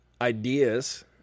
ideas